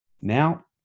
now